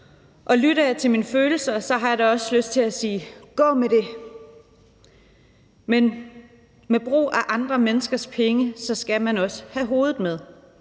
og lytter jeg til mine følelser, har jeg da også lyst til at sige: Gå med det! Men ved brug af andre menneskers penge skal man også have hovedet med,